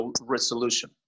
resolution